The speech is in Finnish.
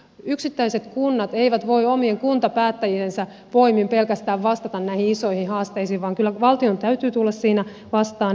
yksittäiset kunnat eivät voi omien kuntapäättäjiensä voimin pelkästään vastata näihin isoihin haasteisiin vaan kyllä valtion täytyy tulla siinä vastaan